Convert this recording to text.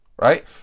right